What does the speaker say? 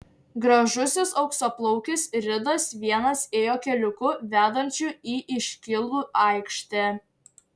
gražusis auksaplaukis ridas vienas ėjo keliuku vedančiu į iškylų aikštę